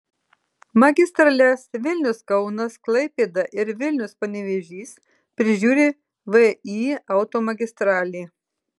magistrales vilnius kaunas klaipėda ir vilnius panevėžys prižiūri vį automagistralė